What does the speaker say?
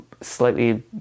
slightly